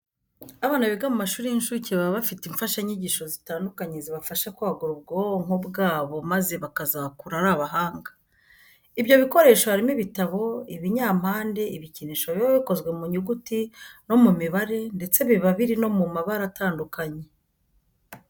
Abana biga mu mashuri y'incuke baba bafite imfashanyigisho zitandukanye zibafasha kwagura ubwonko bwabo maze bakazakura ari abahanga. Ibyo bikoresho harimo ibitabo, ibinyampande, ibikinisho biba bikozwe mu nyuguti no mu mibare ndetse biba biri no mu mabara atandukanye.